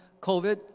COVID